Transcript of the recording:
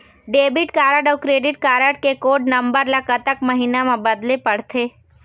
Debit card अऊ credit card के code number ला कतक महीना मा बदले पड़थे?